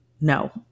no